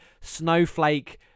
snowflake